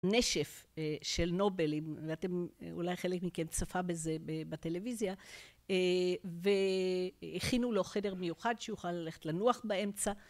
נשף של נובלים, ואתם אולי חלק מכם צפה בזה בטלוויזיה, והכינו לו חדר מיוחד שיוכל ללכת לנוח באמצע.